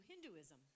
Hinduism